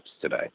today